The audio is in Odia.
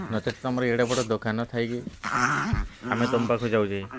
ନଚେତ୍ ତୁମର ଏଡ଼େବଡ଼ ଦୋକାନ ଥାଇକି ଆମେ ତୁମ ପାଖକୁ ଯାଉଛେ